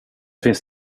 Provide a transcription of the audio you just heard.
finns